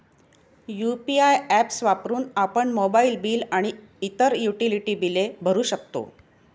UPI apps वापरून आपण mobile bill आणि इतर युटिलिटी बिले भरू शकतो